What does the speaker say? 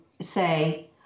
say